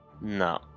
no